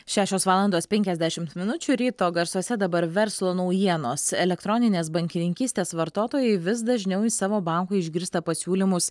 šešios valandos penkiasdešimt minučių ryto garsuose dabar verslo naujienos elektroninės bankininkystės vartotojai vis dažniau iš savo banko išgirsta pasiūlymus